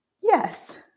Yes